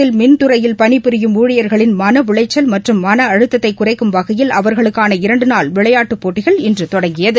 சேலம் மாவட்டத்தில் மின்துறையில் பணி புரியும் ஊழியர்களின் மன உளைச்சல் மற்றும் மன அழுத்தத்தை குறைக்கும் வகையில் அவர்களுக்கான இரண்டுநாள் விளையாட்டுப் போட்டிகள் இன்று தொடங்கியது